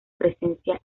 presencia